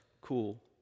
cool